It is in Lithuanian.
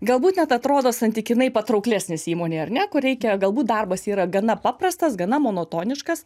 galbūt net atrodo santykinai patrauklesnis įmonei ar ne kur reikia galbūt darbas yra gana paprastas gana monotoniškas